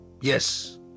Yes